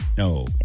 no